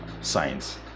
science